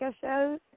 shows